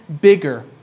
bigger